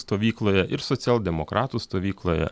stovykloje ir socialdemokratų stovykloje